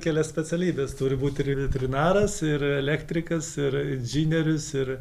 kelias specialybes turi būti ir veterinaras ir elektrikas ir inžinierius ir